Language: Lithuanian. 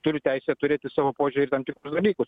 turiu teisę turėti savo požiūrį į tam tikrus dalykus